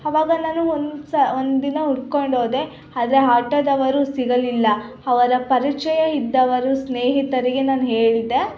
ಅವಾಗ ನಾನು ಒಂದು ಸಾ ಒಂದು ದಿನ ಹುಡ್ಕೊಂಡು ಹೋದೆ ಆದ್ರೆ ಹಾಟೋದವರು ಸಿಗಲಿಲ್ಲ ಅವರ ಪರಿಚಯ ಇದ್ದವರು ಸ್ನೇಹಿತರಿಗೆ ನಾನು ಹೇಳಿದೆ